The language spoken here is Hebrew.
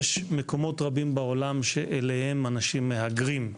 יש מקומות רבים בעולם שאליהם אנשים מהגרים.